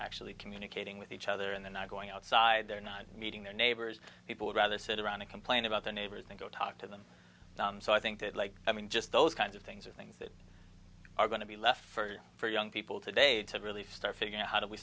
actually communicating with each other and they're not going outside they're not meeting their neighbors people would rather sit around and complain about their neighbors and go talk to them so i think that like i mean just those kinds of things are going to be left for young people today to really start figuring out how do we